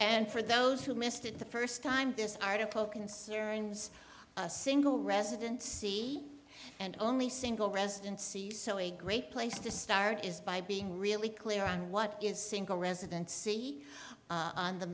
and for those who missed it the first time this article concerns a single resident see and only single residence great place to start is by being really clear on what is single resident see on the